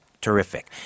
terrific